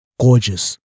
gorgeous